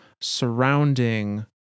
surrounding